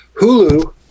Hulu